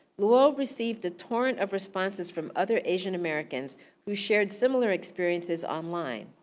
luo received a torrent of responses from other asian americans who shared similar experiences online.